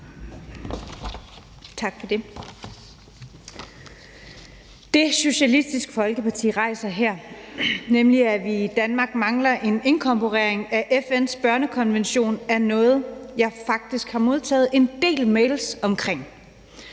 Tak for det. Det, Socialistisk Folkeparti rejser med det her forslag, nemlig at vi i Danmark mangler en inkorporering af FN's børnekonvention, er noget, jeg faktisk har modtaget en del mails om.